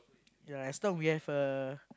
ya as long we have a